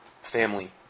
family